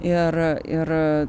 ir ir